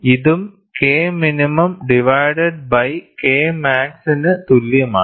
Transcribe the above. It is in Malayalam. ഇതും K minimum divided by K max ന് തുല്യമാണ്